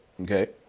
okay